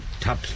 top